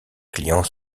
clients